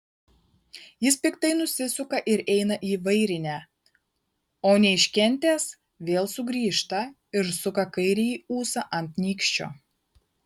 jis piktai nusisuka ir eina į vairinę o neiškentęs vėl sugrįžta ir suka kairįjį ūsą ant nykščio